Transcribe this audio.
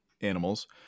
animals